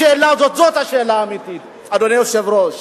השאלה הזאת, זאת השאלה האמיתית, אדוני היושב-ראש.